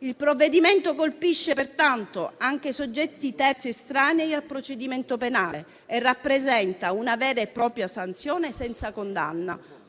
Il provvedimento colpisce pertanto anche soggetti terzi estranei al procedimento penale e rappresenta una vera e propria sanzione senza condanna